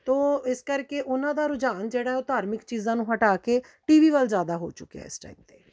ਅਤੇ ਉਹ ਇਸ ਕਰਕੇ ਉਹਨਾਂ ਦਾ ਰੁਝਾਨ ਜਿਹੜਾ ਉਹ ਧਾਰਮਿਕ ਚੀਜ਼ਾਂ ਨੂੰ ਹਟਾ ਕੇ ਟੀ ਵੀ ਵੱਲ ਜ਼ਿਆਦਾ ਹੋ ਚੁੱਕਿਆ ਇਸ ਟਾਈਮ 'ਤੇ